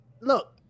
Look